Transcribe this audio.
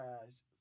guys